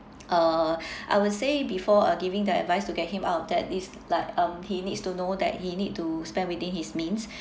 uh I would say before uh giving the advice to get him out of debt it's like um he needs to know that he need to spend within his means